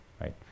right